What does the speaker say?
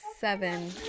seven